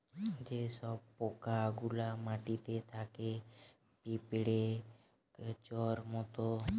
যে সব পোকা গুলা মাটিতে থাকে পিঁপড়ে, কেঁচোর মত